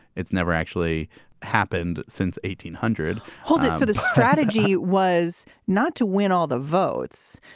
it's never actually happened since. eighteen hundred hold it. so the strategy was not to win all the votes,